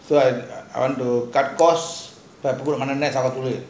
so I I want to charge cost I do overnight